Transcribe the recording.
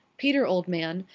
peter, old man,